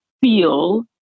feel